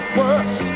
worse